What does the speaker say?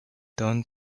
dunn